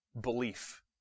belief